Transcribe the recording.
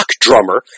drummer